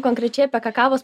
konkrečiai apie kakavos